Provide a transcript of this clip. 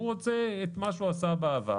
הוא רוצה את מה שהוא עשה בעבר.